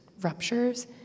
ruptures